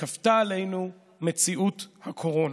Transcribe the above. שכפתה עלינו מציאות הקורונה.